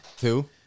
Two